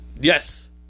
yes